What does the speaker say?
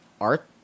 art